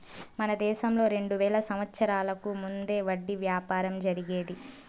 మన దేశంలో రెండు వేల సంవత్సరాలకు ముందే వడ్డీ వ్యాపారం జరిగేది